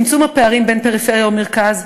צמצום הפערים בין פריפריה למרכז.